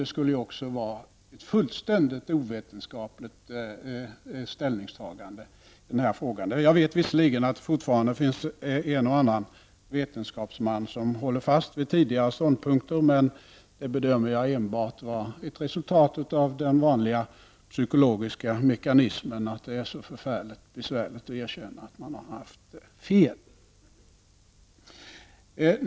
Det skulle också vara ett fullständigt ovetenskapligt ställningstagande i den här frågan. Jag vet visserligen att det fortfarande finns en och annan vetenskapsman som håller fast vid tidigare ståndpunkter, men det bedömer jag vara enbart ett resultat av den vanliga psykologiska mekanismen att det är så förfärligt besvärligt att erkänna att man har haft fel.